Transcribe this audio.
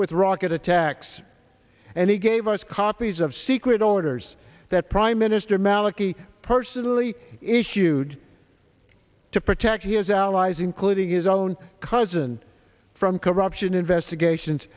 with rocket attacks and he gave us copies of secret orders that prime minister maliki personally issued to protect his allies including his own cousin from corruption investigations